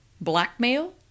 Blackmail